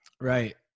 Right